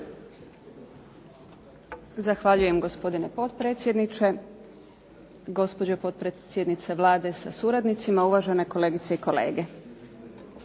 Hvala gospodine potpredsjedniče. Gospođo potpredsjednice Vlade sa suradnicima, kolegice i kolege.